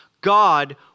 God